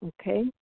Okay